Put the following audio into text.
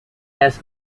has